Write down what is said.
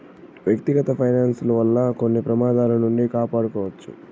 వ్యక్తిగత ఫైనాన్స్ వల్ల కొన్ని ప్రమాదాల నుండి కాపాడుకోవచ్చు